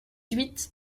huit